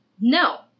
no